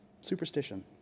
Superstition